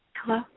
Hello